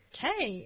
Okay